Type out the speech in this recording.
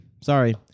sorry